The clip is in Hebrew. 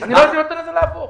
אני לא הייתי נותן לזה לעבור.